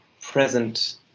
present